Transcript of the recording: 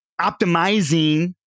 optimizing